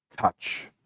touch